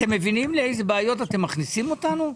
אתם מבינים לאילו בעיות אתם מכניסים אותנו?